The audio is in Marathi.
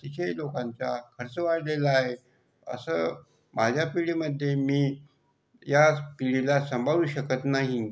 तिथे लोकांचा खर्च वाढलेला आहे असं माझ्या पिढीमध्ये मी याच पिढीला सांभाळू शकत नाही